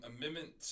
Amendment